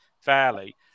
fairly